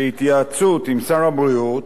בהתייעצות עם שר הבריאות,